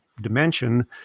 dimension